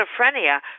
schizophrenia